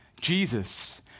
Jesus